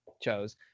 chose